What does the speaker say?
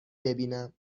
ببینم